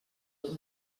del